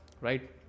right